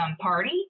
party